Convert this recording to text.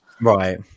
Right